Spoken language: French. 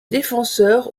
défenseur